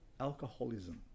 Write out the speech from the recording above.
alcoholism